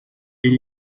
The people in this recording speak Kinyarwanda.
iri